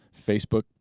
facebook